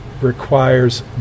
requires